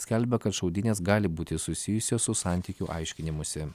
skelbia kad šaudynės gali būti susijusios su santykių aiškinimusi